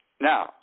now